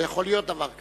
לא יכול להיות דבר כזה.